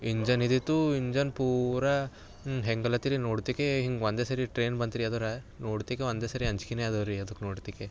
engine ಇದ್ದಿತು engine ಪೂರ ಹೆಂಗಲತ್ತಿರಿ ನೋಡ್ತಿಕೇ ಹಿಂಗೆ ಒಂದೆ ಸರಿ ಟ್ರೈನ್ ಬಂತು ರೀ ಎದಿರು ನೋಡ್ತಿಕೆ ಒಂದೆ ಸರಿ ಅಂಜಿಕೆಯೇ ಅದಾವ ರೀ ಅದಕ್ಕೆ ನೋಡ್ತಿಕೆ